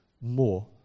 more